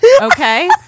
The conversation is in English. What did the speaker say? Okay